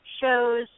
shows